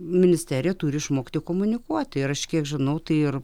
ministerija turi išmokti komunikuoti ir aš kiek žinau tai ir